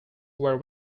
were